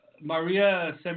Maria